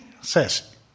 says